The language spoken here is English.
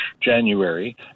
January